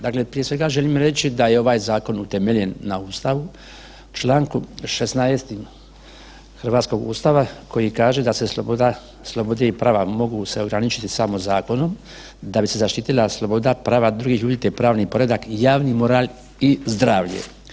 Dakle, prije svega želim reći da je ovaj zakon utemeljen na Ustavu u čl. 16. hrvatskog Ustava koji kaže da se „slobode i prava mogu se ograničiti samo zakonom da bi se zaštitila sloboda prava drugih ljudi te pravni poredak, javni moral i zdravlje.